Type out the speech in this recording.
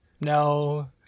no